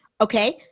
Okay